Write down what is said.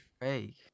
fake